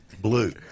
Blue